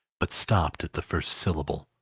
but stopped at the first syllable.